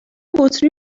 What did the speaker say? بطری